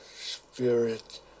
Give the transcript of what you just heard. spirit